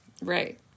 Right